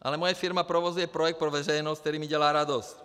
Ale moje firma provozuje projekt pro veřejnost, který mi dělá radost.